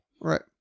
Right